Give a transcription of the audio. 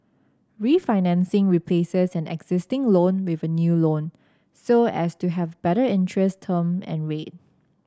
refinancing replaces an existing loan with a new loan so as to have a better interest term and rate